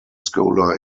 scholar